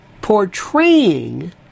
portraying